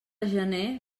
gener